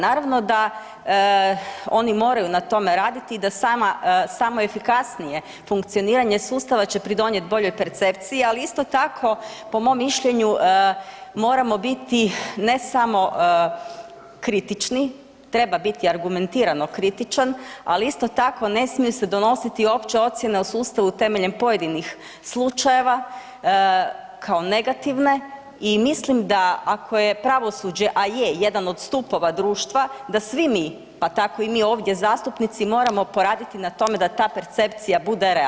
Naravno da oni moraju na tome raditi i da sama, samo efikasnije funkcioniranje sustava će pridonijeti boljoj percepciji, ali isto tako po mom mišljenju moramo biti ne samo kritični, treba biti argumentirano kritičan, ali isto tako ne smije se donositi uopće ocjena o sustavu temeljem pojedinih slučajeva kao negativne i mislim da ako je pravosuđe, a je jedan od stupova društva da svi mi pa tako i mi ovdje zastupnici moramo poraditi na tome da ta percepcija bude realna.